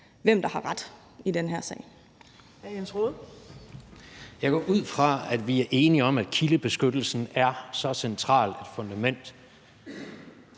Rohde. Kl. 19:07 Jens Rohde (KD): Jeg går ud fra, at vi er enige om, at kildebeskyttelsen er så centralt et fundament